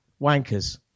Wankers